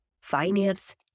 finance